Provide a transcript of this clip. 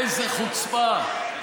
איזו חוצפה.